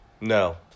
No